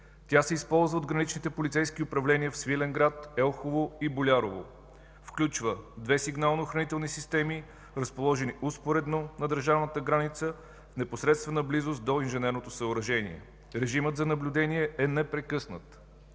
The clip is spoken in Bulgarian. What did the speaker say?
Тя се използва от граничните полицейски управления в Свиленград, Елхово и Болярово. Включва две сигнално-охранителни системи, разположени успоредно на държавната граница в непосредствена близост до инженерното съоръжение. Режимът за наблюдение е непрекъснат